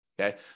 okay